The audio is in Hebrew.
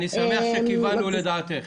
אני שמח שכיוונו לדעתך.